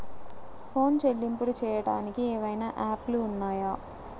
Phone చెల్లింపులు చెయ్యటానికి ఏవైనా యాప్లు ఉన్నాయా?